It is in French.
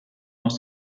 dans